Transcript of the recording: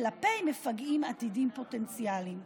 כלפי מפגעים עתידיים פוטנציאליים.